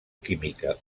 química